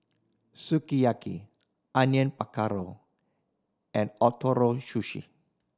Sukiyaki Onion Pakora and Ootoro Sushi